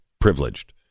privileged